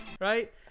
Right